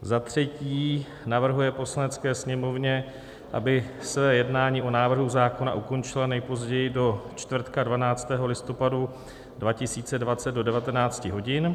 III. navrhuje Poslanecké sněmovně, aby své jednání o návrhu zákona ukončila nejpozději do čtvrtka 12. listopadu 2020 do 19 hodin;